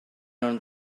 nhw